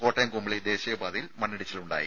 കോട്ടയം കുമളി ദേശീയപാതയിൽ മണ്ണിടിച്ചിലുണ്ടായി